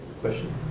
Question